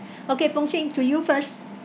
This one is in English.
okay pung ching to you first